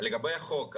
לגבי החוק,